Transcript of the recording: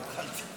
לא התחלתי.